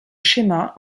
schéma